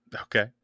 okay